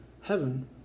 heaven